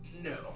No